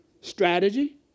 Strategy